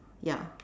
ya